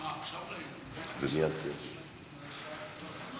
סעיפים 1 4 נתקבלו.